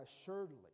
assuredly